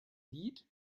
lied